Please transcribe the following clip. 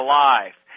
life